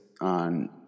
on